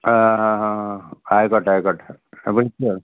ആ ആ ആ ആ ആയിക്കോട്ടായിക്കോട്ടെ അപ്പോള് ആ